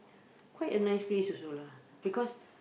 quite a nice place also lah because